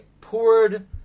poured